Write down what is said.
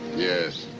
yes.